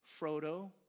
Frodo